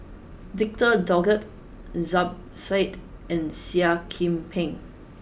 victor Doggett Zubir said and Seah Kian Peng